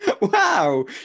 Wow